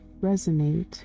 resonate